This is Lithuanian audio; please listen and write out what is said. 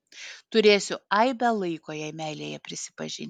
turėsiu aibę laiko jai meilėje prisipažinti